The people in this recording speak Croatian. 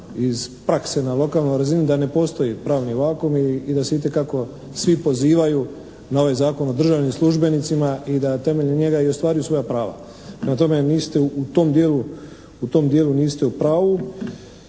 iz prakse na lokalnoj razini da ne postoji pravni vakuum i da se itekako svi pozivaju na ovaj Zakon o državnim službenicima i da temeljem njega i ostvaruju svoja prava. Prema tome, niste u tom dijelu niste u pravu.